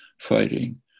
fighting